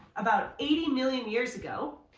about eighty million years ago,